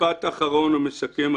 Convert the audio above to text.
משפט אחרון ומסכם,